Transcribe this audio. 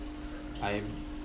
I